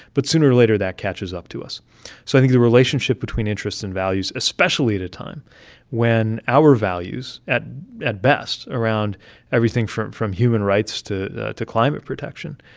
but sooner later, that catches up to us. so i think the relationship between interests and values especially at a time when our values, at at best, around everything from from human rights to to climate protection,